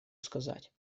сказать